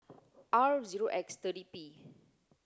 R zero X thirty P